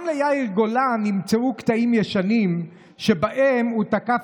גם ליאיר גולן נמצאו קטעים ישנים שבהם הוא תקף